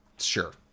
sure